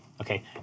Okay